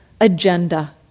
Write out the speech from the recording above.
agenda